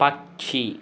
പക്ഷി